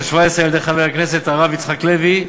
השבע-עשרה על-ידי חבר הכנסת הרב יצחק לוי,